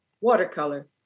watercolor